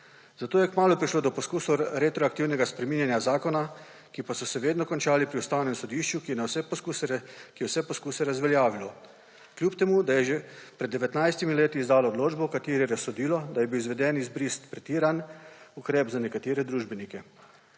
Zato je kmalu prišlo do poskusov retroaktivnega spreminjanja zakona, ki pa so se vedno končali pri Ustavnem sodišču, ki je vse poskuse razveljavilo, kljub temu da je že pred 19 leti izdalo odločbo, v kateri je razsodilo, da je bil izvedeni izbris pretiran ukrep za nekatere družbenike.